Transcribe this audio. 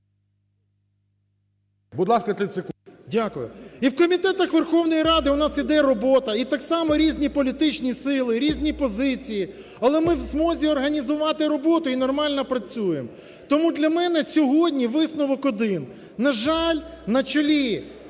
Будь ласка, 30 секунд. ВЛАСЕНКО С.В. Дякую. І в комітетах Верховної Ради у нас іде робота, і так само різні політичні сили, різні позиції. Але ми в змозі організувати роботу і нормально працюємо. Тому для мене сьогодні висновок один: на жаль, на чолі